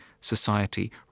society